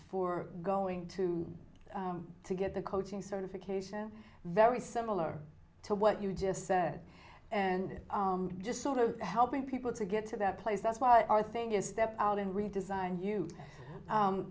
for going to to get the coaching certification very similar to what you just said and just sort of helping people to get to that place that's why our thing is stepped out and redesigned you